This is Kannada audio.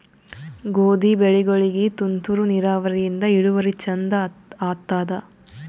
ಗೋಧಿ ಬೆಳಿಗೋಳಿಗಿ ತುಂತೂರು ನಿರಾವರಿಯಿಂದ ಇಳುವರಿ ಚಂದ ಆತ್ತಾದ?